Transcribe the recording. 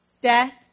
death